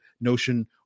notion